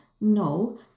no